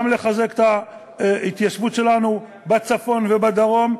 גם לחזק את ההתיישבות שלנו בצפון ובדרום,